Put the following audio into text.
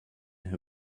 who